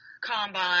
combine